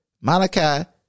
Malachi